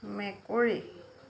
মেকুৰী